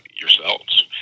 yourselves